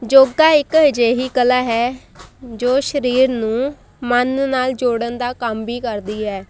ਯੋਗਾ ਇਕ ਅਜਿਹੀ ਕਲਾ ਹੈ ਜੋ ਸਰੀਰ ਨੂੰ ਮਨ ਨਾਲ ਜੋੜਨ ਦਾ ਕੰਮ ਵੀ ਕਰਦੀ ਹੈ